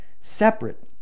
separate